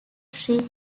sir